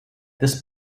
this